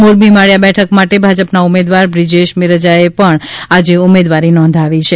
મોરબી માળીયા બેઠક માટે ભાજપના ઉમેદવાર બ્રિજેશ મેરજાએ પણ આજે ઉમેદવારી નોંધાવી છે